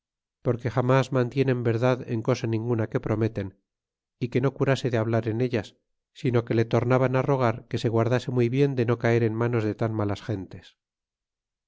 porque jamas mantienen verdad en cosa ninguna que prometen é que no curase de hablar en ellas sino que le tornaban rogar que se guardase muy bien de no caer en manos de tan malas gentes